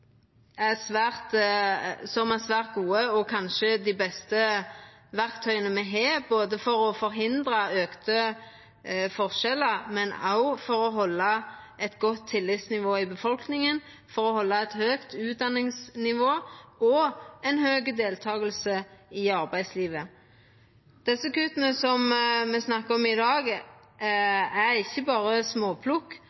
er svært gode verktøy, kanskje dei beste me har, for å hindra auka forskjellar, for å halda eit godt tillitsnivå i befolkninga og for å halda eit høgt utdanningsnivå og høg deltaking i arbeidslivet. Kutta som me snakkar om i dag,